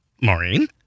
maureen